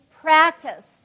practice